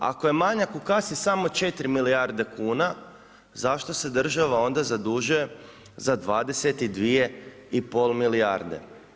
Ako je manjak u kasi samo 4 milijarde kuna zašto se država onda zadužuje za 22,5 milijarde?